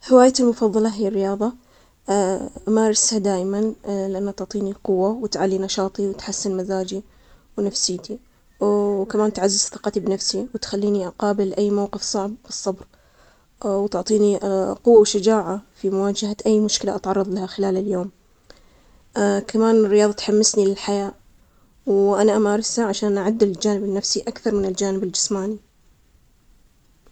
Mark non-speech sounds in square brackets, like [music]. هوايتي المفضلة هي الرياضة، [hesitation] أمارسها دائما لما تعطيني القوة وتعلى نشاطي وتحسن مزاجي ونفسيتي، وكمان تعزز ثقتي بنفسي وتخليني أقابل أي موقف صعب بالصبر وتعطيني قوة وشجاعة في مواجهة أي مشكلة أتعرض لها خلال اليوم. كمان الرياضة تحمسني للحياة وأنا أمارسها عشان أعدل الجانب النفسي أكثر من الجانب الجسماني.